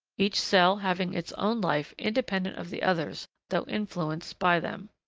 each cell having its own life independent of the others, though influenced by them.